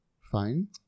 fine